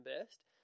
best